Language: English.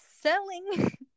selling